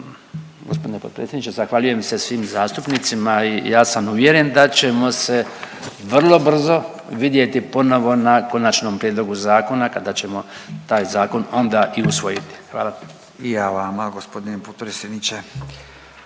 gospodine potpredsjedniče zahvaljujem se svim zastupnicima i ja sam uvjeren da ćemo se vrlo brzo vidjeti ponovo na konačnom prijedlogu zakona kada ćemo taj zakon onda i usvojiti. Hvala. **Radin, Furio (Nezavisni)**